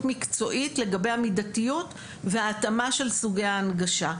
מקצועית לגבי המידתיות וההתאמה של סוגי ההנגשה,